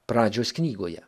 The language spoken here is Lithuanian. pradžios knygoje